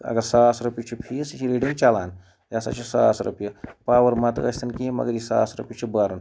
اگر ساس رۄپیہِ چھُ فیٖس یہِ چھِ ریٖڈِںٛگ چَلان یہِ ہَسا چھِ ساس رۄپیہِ پاوَر مَتہٕ ٲسۍتَن کِہیٖنۍ مگر یہِ ساس رۄپیہِ چھ بَرُن